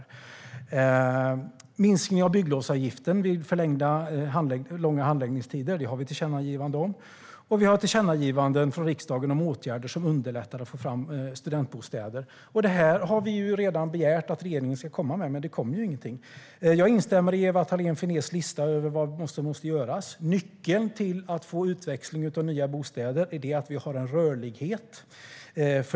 En minskning av bygglovsavgiften vid långa handläggningstider har vi ett tillkännagivande om, och vi har tillkännagivanden från riksdagen om åtgärder som underlättar att få fram studentbostäder. Detta har vi redan begärt att regeringen ska komma med, men det kommer ju ingenting. Jag instämmer i Ewa Thalén Finnés lista över vad som måste göras. Nyckeln till att få utväxling av nya bostäder är att vi har en rörlighet.